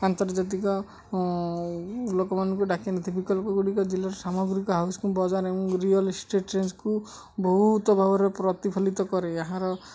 ଆନ୍ତର୍ଜାତିକ ଲୋକମାନଙ୍କୁ ଡାକି ବିକଳ୍ପ ଗୁଡ଼ିକ ଜିଲ୍ଲାର ସାମଗ୍ରିକ ବଜାର ଏବଂ ରିଅଲ ଇଷ୍ଟେଟ ରେଞ୍ଜକୁ ବହୁତ ଭାବରେ ପ୍ରତିଫଳିତ କରେ ଏହାର